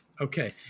Okay